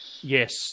Yes